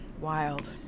Wild